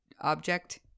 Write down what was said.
object